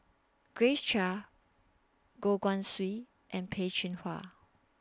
Grace Chia Goh Guan Siew and Peh Chin Hua